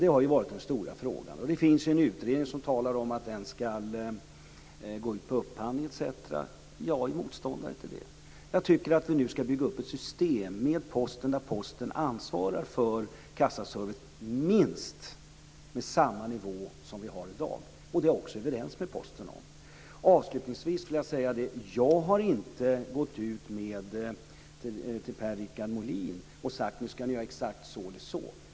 Det har varit den stora frågan, och det finns ju en utredning som talar om att den ska gå ut på upphandling etc. Jag är motståndare till det. Jag tycker att vi nu ska bygga upp ett system där Posten ansvarar för kassaservice med minst samma nivå som vi har i dag. Det är vi överens med Posten om. Avslutningsvis vill jag säga till Per-Richard Molén att jag har inte gått ut och sagt att nu ska ni göra exakt så eller så.